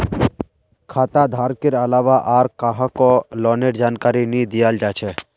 खाता धारकेर अलावा आर काहको लोनेर जानकारी नी दियाल जा छे